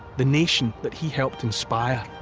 the nation that he helped inspire